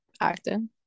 acting